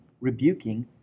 rebuking